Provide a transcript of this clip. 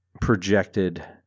projected